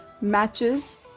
matches